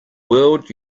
world